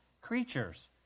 creatures